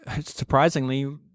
surprisingly